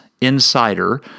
Insider